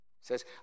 says